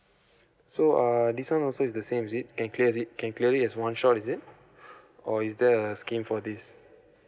so uh this one also is the same is it can clears it can clear it as one shot is it or is there a scheme for this